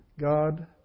God